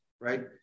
right